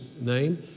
name